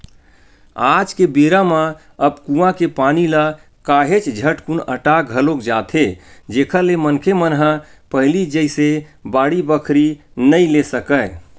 आज के बेरा म अब कुँआ के पानी ह काहेच झटकुन अटा घलोक जाथे जेखर ले मनखे मन ह पहिली जइसे बाड़ी बखरी नइ ले सकय